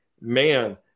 man